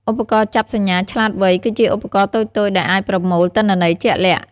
ឧបករណ៍ចាប់សញ្ញាឆ្លាតវៃគឺជាឧបករណ៍តូចៗដែលអាចប្រមូលទិន្នន័យជាក់លាក់។